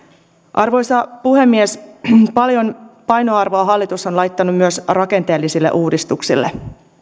arvoisa puhemies paljon painoarvoa hallitus on laittanut myös rakenteellisille uudistuksille